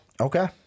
Okay